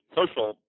social